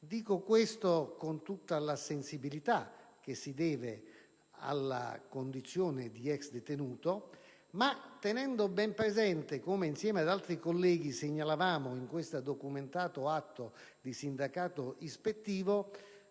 Dico questo con tutta la sensibilità che si deve alla condizione di queste persone, ma tenendo ben presente, come insieme ad altri colleghi segnalavamo in questo documentato atto di sindacato ispettivo,